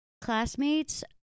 Classmates